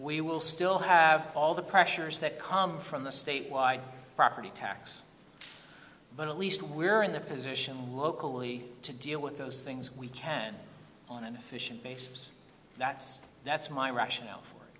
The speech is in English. we will still have all the pressures that come from the state wide property tax but at least we're in the position locally to deal with those things we can on an efficient basis that's that's my rationale